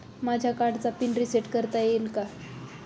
माझ्या कार्डचा pin reset करता येईल का?